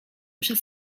przez